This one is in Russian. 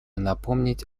напомнить